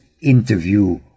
interview